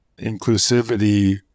inclusivity